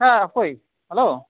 ᱦᱮᱸ ᱚᱠᱚᱭ ᱦᱮᱞᱳ